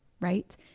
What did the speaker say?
right